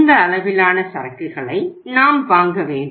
இந்த அளவிலான சரக்குகளை நாம் வாங்க வேண்டும்